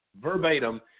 verbatim